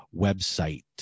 website